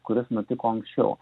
kuris nutiko anksčiau